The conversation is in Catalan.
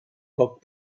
poc